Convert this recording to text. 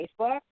Facebook